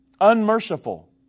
unmerciful